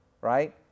right